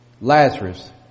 Lazarus